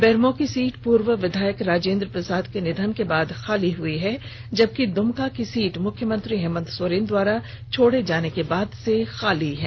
बेरमो की सीट पूर्व विधायक राजेंद्र सिंह के निधन के बाद खाली हुई है जबकि दुमका की सीट मुख्यमंत्री हेमंत सोरेन द्वारा छोड़े जाने के बाद से खाली है